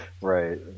right